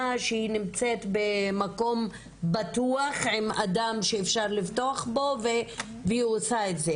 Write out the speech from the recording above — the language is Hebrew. שהיא נמצאת במקום בטוח עם אדם שאפשר לבטוח בו והיא עושה את זה,